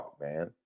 man